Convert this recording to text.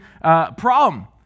problem